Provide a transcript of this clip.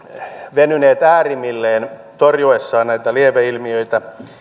venyneet äärimmilleen torjuessaan näitä lieveilmiöitä